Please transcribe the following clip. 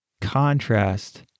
contrast